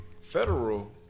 federal